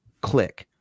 click